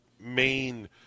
main